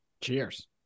Cheers